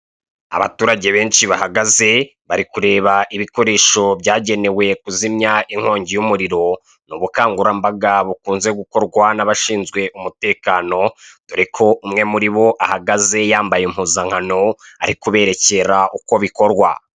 Abaturage benshi bahagaze bari kureba ibikoresho byagenewe kuzimya inkongi y'umuriro, ni ubukangurambaga bukunze gukorwa n'abafite umutekano, dore ko umwe muri bo ahagaze yambaye impuzankano ari kuberekera uko bikorwa.